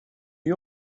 you